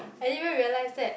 I even realize that